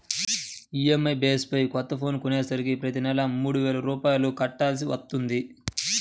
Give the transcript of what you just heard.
EMI base పై కొత్త phone కొనేసరికి ప్రతి నెలా మూడు వేల రూపాయలు కట్టాల్సి వత్తంది